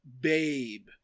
babe